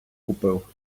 купив